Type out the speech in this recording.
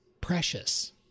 precious